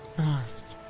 fast.